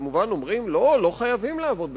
כמובן אומרים שלא חייבים לעבוד בשבת,